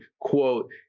quote